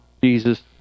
Jesus